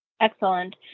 Excellent